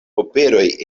operoj